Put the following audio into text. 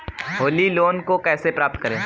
Holi loan को कैसे प्राप्त करें?